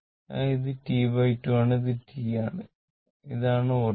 അതിനാൽ ഇത് T2 ആണ് ഇത് T ആണ് ഇതാണ് ഒറിജിൻ